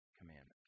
commandment